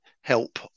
help